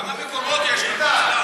כמה מקומות יש לנו?